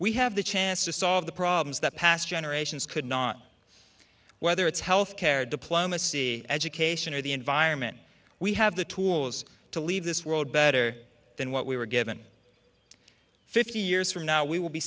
we have the chance to solve the problems that past generations could not whether it's health care or diplomacy education or the environment we have the tools to leave this world better than what we were given fifty years from now we will be